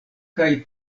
kaj